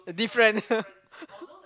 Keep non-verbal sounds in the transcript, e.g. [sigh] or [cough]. different [laughs]